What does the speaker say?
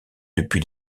depuis